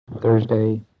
Thursday